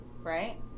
Right